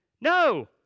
No